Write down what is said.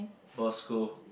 for school